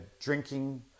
drinking